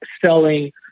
selling